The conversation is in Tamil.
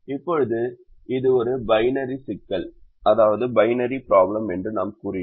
இப்போது இது ஒரு பைனரி சிக்கல் என்று நாம் கூறினோம்